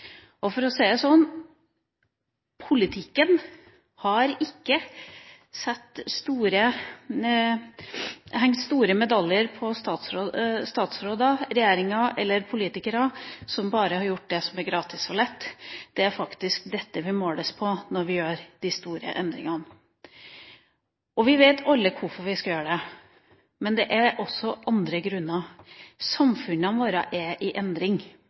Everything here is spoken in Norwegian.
Og for å si det sånn, politikken har ikke hengt store medaljer på statsråder, regjeringer eller politikere som bare har gjort det som er gratis og lett. Det er faktisk når vi gjør de store endringene at vi måles. Vi vet alle hvorfor vi skal gjøre det, men det er også andre grunner. Samfunnene våre er i endring.